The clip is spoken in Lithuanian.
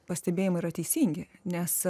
pastebėjimai yra teisingi nes